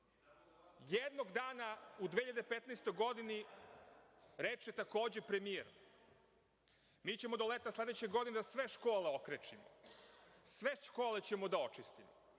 Jednog dana u 2015. godini, reče, takođe, premijer – mi ćemo do leta sledeće godine da sve škole okrečimo, sve škole ćemo da očistimo